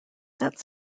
that